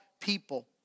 people